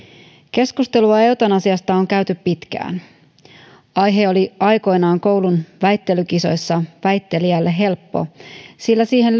keskustelua eutanasiasta on käyty pitkään aihe oli aikoinaan koulun väittelykisoissa väittelijälle helppo sillä siihen